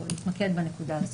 או להתמקד בנקודה הזאת,